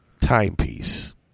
timepiece